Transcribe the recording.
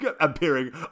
appearing